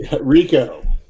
Rico